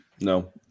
No